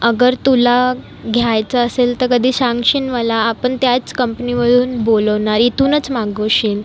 अगर तुला घ्यायचा असेल तर कधी सांगशीन मला आपण त्याच कंपनीमधून बोलवणार इथूनच मागवशीन